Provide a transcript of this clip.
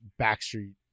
Backstreet